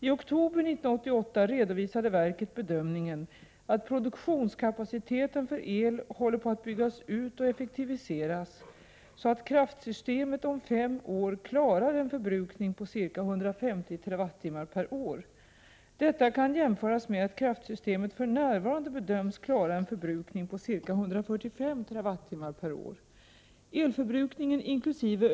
I oktober 1988 redovisade verket bedöm ningen att produktionskapaciteten för el håller på att byggas ut och Prot. 1988 år. Detta kan jämföras med att kraftsystemet för närvaranFdebedöms SZ —N klara en förbrukning på ca 145 TWh/år. Elförbrukningen inkl.